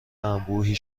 انبوهی